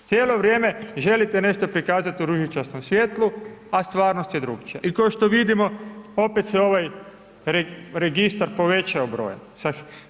Cijelo vrijeme želite nešto prikazati u ružičastom svijetlu a stvarnost je drugačija i kao što vidimo, opet se ovaj registar povećao broja.